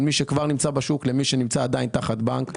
מי שכבר נמצא בשוק למי שנמצא עדיין תחת בנק.